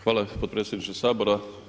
Hvala potpredsjedniče Sabora.